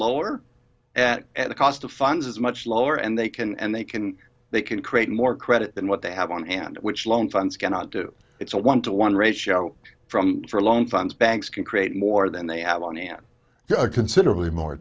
lower at the cost of funds is much lower and they can and they can they can create more credit than what they have on hand which loan funds cannot do it's a one to one ratio from for a long fund's banks can create more than they have on hand considerably more